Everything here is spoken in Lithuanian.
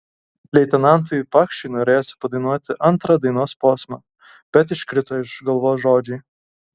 leitenantui pakšiui norėjosi padainuoti antrą dainos posmą bet iškrito iš galvos žodžiai